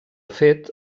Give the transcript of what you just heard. fet